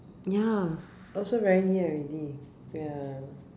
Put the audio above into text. ya also very near already ya